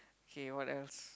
okay what else